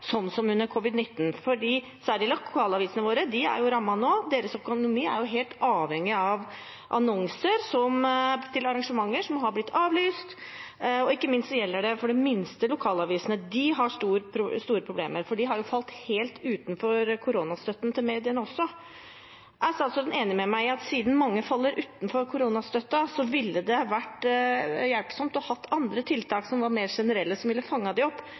som under covid-19-pandemien. Særlig lokalavisene våre er rammet nå. Deres økonomi er helt avhengig av annonser for arrangementer, som nå har blitt avlyst. Ikke minst gjelder det for de minste lokalavisene. De har store problemer, for de har falt helt utenfor koronastøtten til mediene også. Er statsråden enig med meg i at siden mange faller utenfor koronastøtten, ville det hjulpet med andre tiltak, som var mer generelle, og som ville ha fanget dem opp,